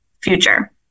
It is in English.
future